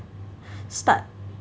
start